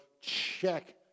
check